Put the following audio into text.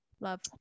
love